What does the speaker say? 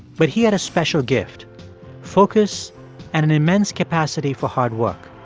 but he had a special gift focus and an immense capacity for hard work.